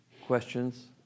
questions